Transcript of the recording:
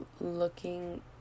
looking